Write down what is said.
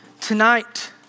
Tonight